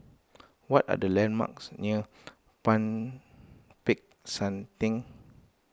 what are the landmarks near Peck San theng